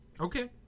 Okay